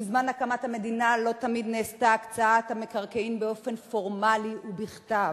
בזמן הקמת המדינה לא תמיד נעשתה הקצאת המקרקעין באופן פורמלי ובכתב.